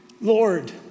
Lord